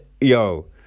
yo